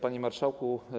Panie Marszałku!